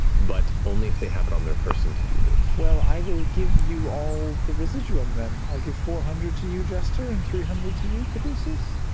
but only if they have it on their person to use it. sam well, i will give you all the residuum, then. i'll give four hundred to you, jester, and three hundred to you, caduceus.